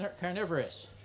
carnivorous